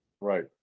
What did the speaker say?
Right